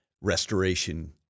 restoration